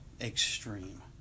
extreme